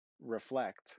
reflect